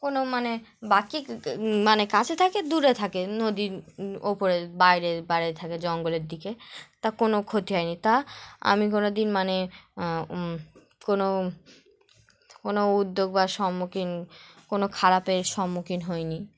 কোনো মানে বাকি মানে কাছে থাকে দূরে থাকে নদীর ওপরে বাইরের বাইরে থাকে জঙ্গলের দিকে তা কোনো ক্ষতি হয়নি তা আমি কোনো দিন মানে কোনো কোনো উদ্যোগ বা সম্মুখীন কোনো খারাপের সম্মুখীন হইনি